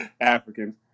Africans